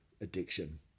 addiction